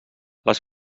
les